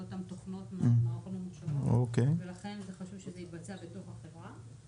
לא אותן תוכנות --- ולכן חשוב שזה יתבצע בתוך החברה.